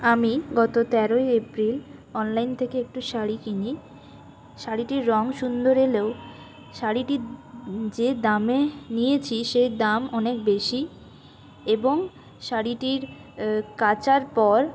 আমি গত তেরোই এপ্রিল অনলাইন থেকে একটি শাড়ি কিনি শাড়িটির রঙ সুন্দর এলেও শাড়িটি যে দামে নিয়েছি সেই দাম অনেক বেশী এবং শাড়িটির কাচার পর